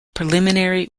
preliminary